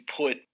put